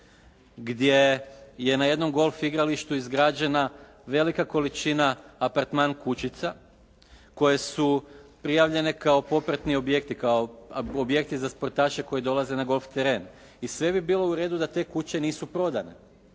gdje je na jednom golf igralištu izgrađena velika količina apartman kućica koje su prijavljene kao popratni objekti, kao objekti za sportaše koji dolaze na golf teren. I sve bi bilo u redu da te kuće nisu prodane.